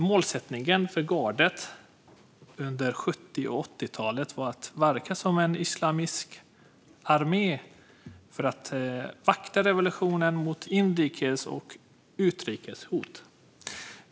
Målsättningen för gardet under 70 och 80-talet var att verka som en islamistisk armé för att vakta revolutionen mot inrikes och utrikes hot.